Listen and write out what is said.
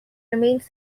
remains